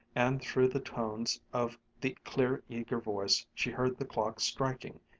and through the tones of the clear eager voice she heard the clock striking.